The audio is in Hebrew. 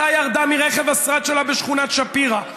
מתי ירדה מרכב השרד שלה בשכונת שפירא?